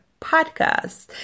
podcast